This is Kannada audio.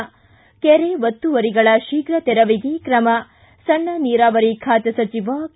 ಿ ಕೆರೆ ಒತ್ತುವರಿಗಳ ಶೀಪ್ರ ತೆರವಿಗೆ ಕ್ರಮ ಸಣ್ಣ ನೀರಾವರಿ ಖಾತೆ ಸಚಿವ ಕೆ